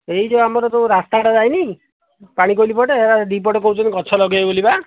ଏହି ଯେଉଁ ଆମର ଯେଉଁ ରାସ୍ତା ଟା ଯାଇନି ପାଣିକୋଇଲି ପଟେ ଦୁଇ ପଟେ କହୁଛନ୍ତି ଗଛ ଲଗାଇବେ ବୋଲି ବା